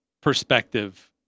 perspective